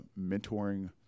mentoring